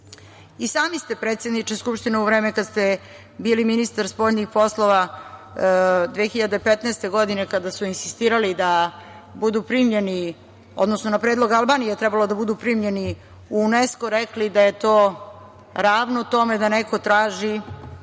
sami ste, predsedniče Skupštine, u vreme kada ste bili ministar spoljnih poslova 2015. godine kada su insistirali da budu primljeni, odnosno na predlog Albanije je trebalo da budu primljeni u UNESKO rekli da je to ravno tome da neko traži